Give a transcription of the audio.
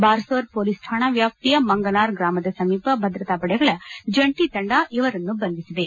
Barsur police ಠಾಣಾ ವ್ಯಾಪ್ತಿಯ ಮಂಗ್ನಾರ್ ಗ್ರಾಮದ ಸಮೀಪ ಭದ್ರತಾಪಡೆಗಳ ಜಂಟಿ ತಂಡ ಇವರನ್ನು ಬಂಧಿಸಿದೆ